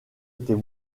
était